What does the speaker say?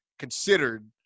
considered